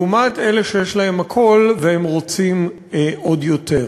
לעומת אלה שיש להם הכול והם רוצים עוד יותר.